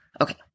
Okay